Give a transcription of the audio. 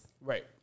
Right